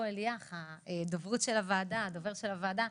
דובר הוועדה,